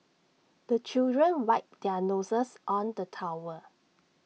the children wipe their noses on the towel